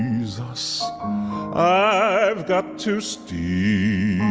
jesus i've got to steal